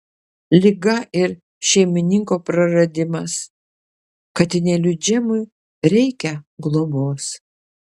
liga ir šeimininko praradimas katinėliui džemui reikia globos